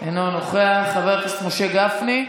אינו נוכח, חבר הכנסת משה גפני,